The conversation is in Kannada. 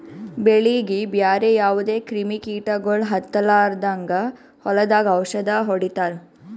ಬೆಳೀಗಿ ಬ್ಯಾರೆ ಯಾವದೇ ಕ್ರಿಮಿ ಕೀಟಗೊಳ್ ಹತ್ತಲಾರದಂಗ್ ಹೊಲದಾಗ್ ಔಷದ್ ಹೊಡಿತಾರ